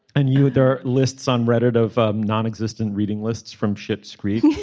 and you there are lists on reddit of nonexistent reading lists from shit screen.